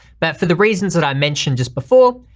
but for the reasons that i mentioned just before,